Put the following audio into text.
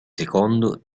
secondo